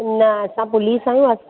न असां पुलिस आहियूं अ